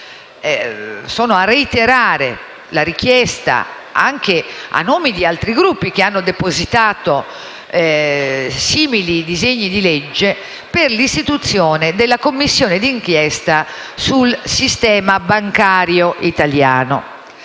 Sono qui a reiterare la richiesta, anche a nome di altri Gruppi che hanno depositato simili disegni di legge, dell'istituzione della Commissione d'inchiesta sul sistema bancario italiano.